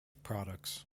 products